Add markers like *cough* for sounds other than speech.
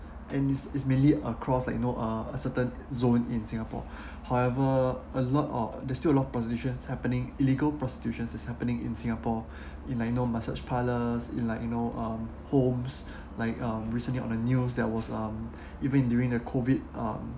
and is is mainly across like you know a a certain zone in singapore *breath* however a lot of there's still a lot of prostitution happening illegal prostitution is happening in singapore *breath* in I know massage parlours in like you know um homes *breath* like um recently on the news that was um *breath* even during the COVID um